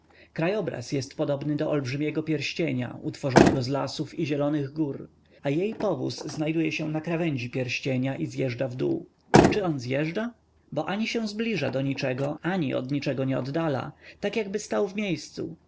krajobraz jest podobny do olbrzymiego pierścienia utworzonego z lasów i zielonych gór a jej powóz znajduje się na krawędzi pierścienia i zjeżdża na dół czy on zjeżdża bo ani zbliża się do niczego ani od niczego nie oddala tak jakby stał w miejscu